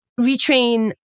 retrain